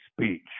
speech